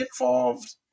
involved